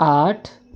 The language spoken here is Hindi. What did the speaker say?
आठ